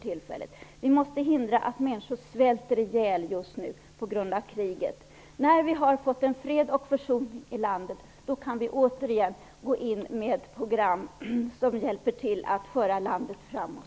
Vi måste just nu förhindra att människor svälter ihjäl på grund av kriget. När fred och försoning har återställts i landet kan vi återigen gå in med program som hjälper till att föra landet framåt.